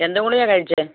എന്ത് ഗുളികയാണ് കഴിച്ചത്